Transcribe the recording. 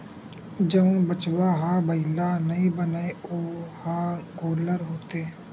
जउन बछवा ह बइला नइ बनय ओ ह गोल्लर होथे